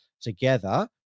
together